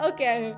Okay